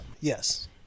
Yes